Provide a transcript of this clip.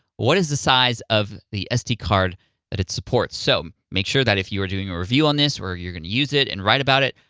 what is the size of the sd card that it supports? so, make sure that if you are doing a review on this, or you're gonna use it and write about it,